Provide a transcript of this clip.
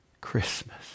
Christmas